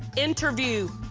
interview.